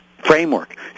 Framework